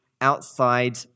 outside